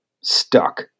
stuck